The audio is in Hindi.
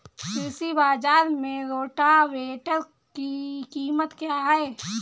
कृषि बाजार में रोटावेटर की कीमत क्या है?